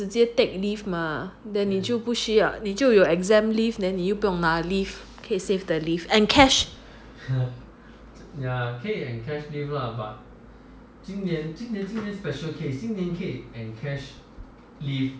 直接 take leave mah then 你就不需要你就有 exam leave then 你就不用拿 leave 可以 save the leave encash